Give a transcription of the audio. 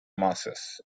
masses